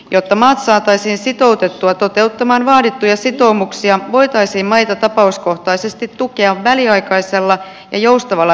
jotta maat saataisiin sitoutettua toteuttamaan vaadittuja sitoumuksia voitaisiin maita tapauskohtaisesti tukea väliaikaisella ja joustavalla rahoitustuella